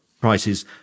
Prices